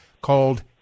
called